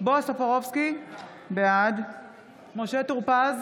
בועז טופורובסקי, בעד משה טור פז,